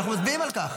ואנחנו מצביעים על כך.